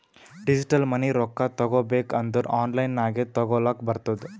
digital money ರೊಕ್ಕಾ ತಗೋಬೇಕ್ ಅಂದುರ್ ಆನ್ಲೈನ್ ನಾಗೆ ತಗೋಲಕ್ ಬರ್ತುದ್